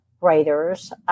writers